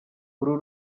uru